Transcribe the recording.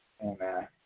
Amen